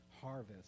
harvest